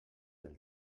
del